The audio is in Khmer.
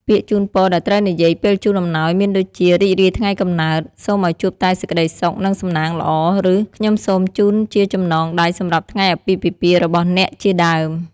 ពាក្យជូនពរដែលត្រូវនិយាយពេលជូនអំណោយមានដូចជា "រីករាយថ្ងៃកំណើត សូមឲ្យជួបតែសេចក្ដីសុខ និងសំណាងល្អ" ឬ "ខ្ញុំសូមជូនជាចំណងដៃសម្រាប់ថ្ងៃអាពាហ៍ពិពាហ៍របស់អ្នក" ជាដើម។